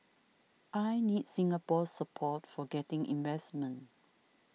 I need Singapore support for getting investment